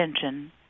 attention